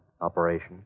operation